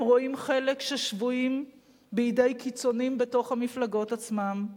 הם רואים חלק ששבויים בידי קיצונים בתוך המפלגות עצמן,